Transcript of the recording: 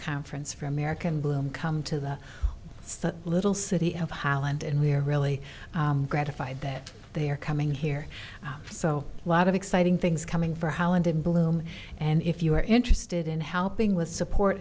conference for american bloom come to the it's the little city of holland and we are really gratified that they are coming here so lot of exciting things coming for holland in bloom and if you are interested in helping with support